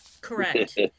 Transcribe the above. Correct